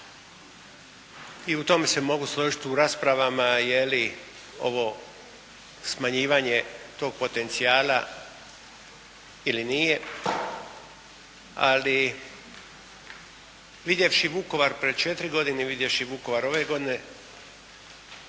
i u tome se mogu složiti u raspravama je li ovo smanjivanje tog potencijala ili nije ali vidjevši Vukovar pred 4 godine, vidjevši Vukovar ove godine